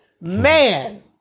Man